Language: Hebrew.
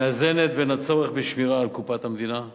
המאזנת בין הצורך בשמירה על קופת המדינה,